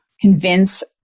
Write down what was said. convince